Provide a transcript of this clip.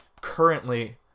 currently